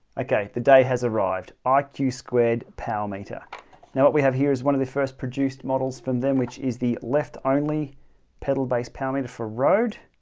okay, the day has arrived um iq squared power meter now what we have here is one of the first produced models from them, which is the left only pedal based power meter for road